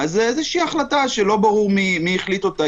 וזו איזושהי החלטה שלא ברור מי החליט אותה,